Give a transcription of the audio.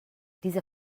dieser